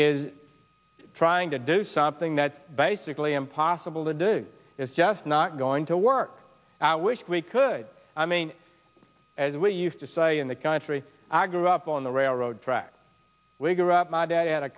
is trying to do something that basically impossible to do is just not going to work out which we could i mean as we used to say in the country i grew up on the railroad track we grew up my dad had a